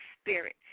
spirit